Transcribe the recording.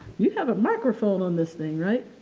you have a microphone on this thing, right.